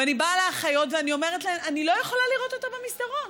ואני באה לאחיות ואומרת להן: אני לא יכולה לראות אותה במסדרון.